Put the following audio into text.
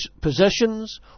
possessions